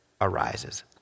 arises